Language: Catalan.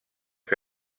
que